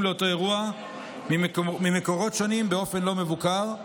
לאותו אירוע ממקורות שונים באופן לא מבוקר,